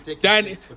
danny